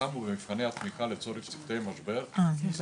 ששמו במבחני התמיכה לצורך צוותי משבר זה